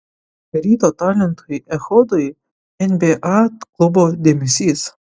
ryto talentui echodui nba klubo dėmesys